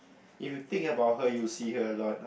if you think about her you will see her alot